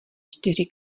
čtyři